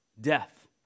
death